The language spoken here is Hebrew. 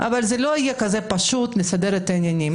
אבל זה לא יהיה כזה פשוט, נסדר את העניינים.